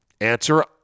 Answer